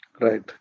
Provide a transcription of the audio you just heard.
Right